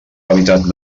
hàbitat